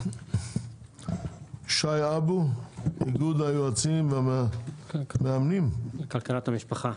שי אבו, איגוד היועצים והמאמנים, בבקשה.